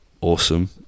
awesome